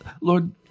Lord